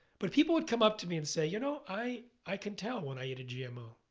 but people would come up to me and say, you know i i can tell when i eat a gmo.